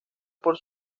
por